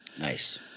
Nice